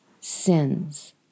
sins